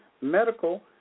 medical